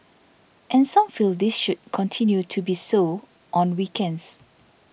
and some feel this should continue to be so on weekends